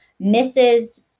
Mrs